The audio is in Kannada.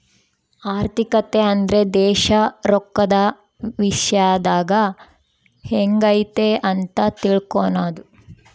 ಆರ್ಥಿಕತೆ ಅಂದ್ರೆ ದೇಶ ರೊಕ್ಕದ ವಿಶ್ಯದಾಗ ಎಂಗೈತೆ ಅಂತ ತಿಳ್ಕನದು